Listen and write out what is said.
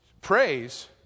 praise